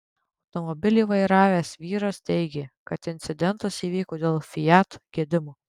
automobilį vairavęs vyras teigė kad incidentas įvyko dėl fiat gedimo